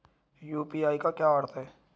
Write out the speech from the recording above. UPI का क्या अर्थ है?